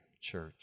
church